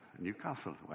Newcastle